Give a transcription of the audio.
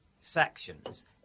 sections